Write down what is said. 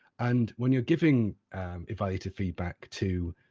and when you're giving evaluative feedback to